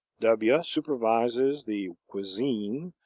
w supervises the cuisine,